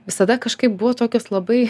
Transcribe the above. visada kažkaip buvo tokios labai